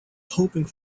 hoping